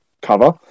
cover